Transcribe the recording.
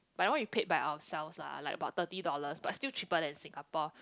but that one we paid by ourselves lah like about thirty dollars but still cheaper than Singapore